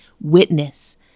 witness